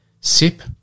Sip